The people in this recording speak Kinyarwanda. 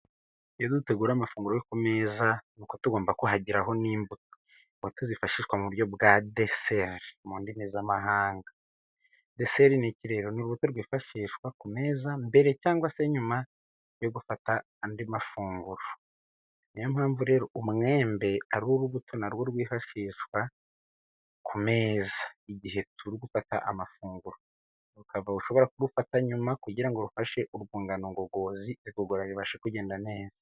Iyo dutegura amafunguro yo ku meza ni uko tugomba kuhagiraho n'imbuto. Mu mbuto zifashishwa mu buryo bwa deseri. Mu ndimi z'amahanga, Deseri ni iki rero? Ni urubuto rwifashishwa ku meza mbere cyangwa se nyuma yo gufata andi mafunguro. Niyo mpamvu rero umwembe ari urubuto narwo rwifashishwa ku meza igihe dufata amafunguro. Ukaba ushobora kurufata nyuma kugira ngo rufashe urwungano ngogozi, igora ribashe kugenda neza.